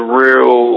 real